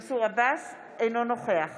אינו נוכח